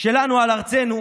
שלנו על ארצנו,